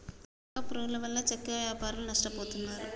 చెక్క పురుగుల వల్ల చెక్క వ్యాపారులు నష్టపోతున్నారు